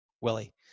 Willie